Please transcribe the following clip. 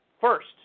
first